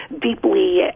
deeply